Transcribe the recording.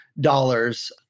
dollars